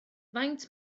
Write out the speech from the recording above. faint